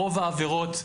רוב העבירות,